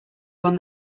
one